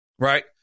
Right